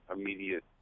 immediate